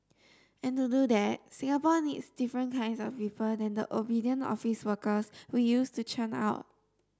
and to do that Singapore needs different kinds of people than the obedient office workers we used to churn out